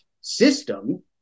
system